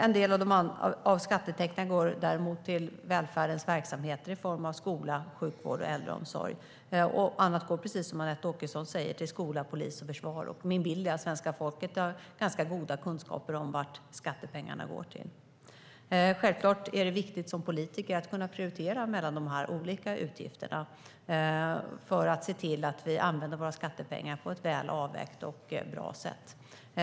En del av skatteintäkterna går till välfärdens verksamheter i form av skola, sjukvård och äldreomsorg. Annat går, precis som Anette Åkesson säger, till polis och försvar. Min bild är att svenska folket har ganska goda kunskaper om vad skattepengarna går till. Självklart är det viktigt som politiker att kunna prioritera mellan dessa olika utgifter för att se till att vi använder våra skattepengar på ett väl avvägt och bra sätt.